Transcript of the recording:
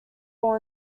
fall